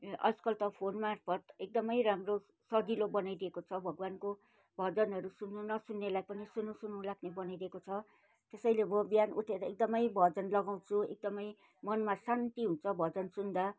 आजकल त फोनमार्फत एकदमै राम्रो सजिलो बनाइदिएको छ भगवान्को भजनहरू सुन्नु नसुन्नेलाई पनि सुनुँसुनुँ लाग्ने बनाइदिएको छ त्यसैले म बिहान उठेर एकदमै भजन लगाउँछु एकदमै मनमा शान्ति हुन्छ भजन सुन्दा